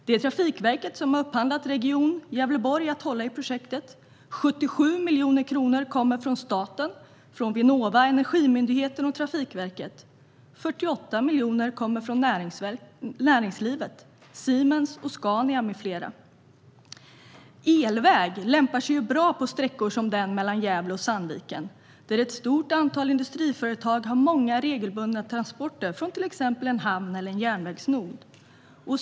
Det är Trafikverket som genom upphandling har gett Region Gävleborg att hålla i projektet. 77 miljoner kronor kommer från staten - Vinnova, Energimyndigheten och Trafikverket. 48 miljoner kommer från näringslivet - Siemens, Scania med flera. Elväg lämpar sig bra på sträckor som den mellan Gävle och Sandviken, där ett stort antal industriföretag har många regelbundna transporter från till exempel en hamn eller en järnvägsnod.